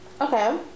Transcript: okay